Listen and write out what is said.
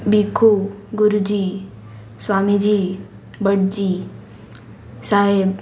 Bhiku Guruji Swamiji Batji Saheb